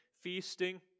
feasting